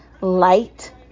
light